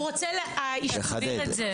הוא רוצה לחדד את זה.